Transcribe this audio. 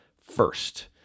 first